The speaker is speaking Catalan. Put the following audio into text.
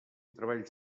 treballs